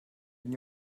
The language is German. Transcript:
den